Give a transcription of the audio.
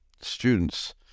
students